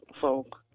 folk